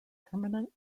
permanent